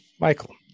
Michael